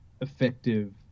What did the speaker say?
effective